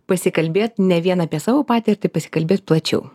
pasikalbėt ne vien apie savo patirtį pasikalbėt plačiau